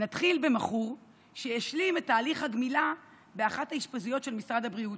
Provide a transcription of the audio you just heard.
נתחיל במכור שהשלים את תהליך הגמילה באחת האשפוזיות של משרד הבריאות.